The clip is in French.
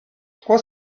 trois